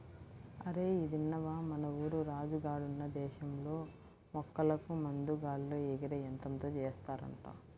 అరేయ్ ఇదిన్నవా, మన ఊరు రాజు గాడున్న దేశంలో మొక్కలకు మందు గాల్లో ఎగిరే యంత్రంతో ఏస్తారంట